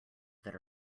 that